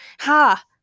Ha